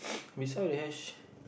could be selling